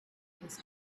his